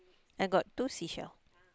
I got two sea shell